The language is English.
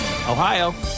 Ohio